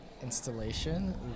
installation